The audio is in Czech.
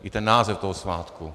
I ten název toho svátku.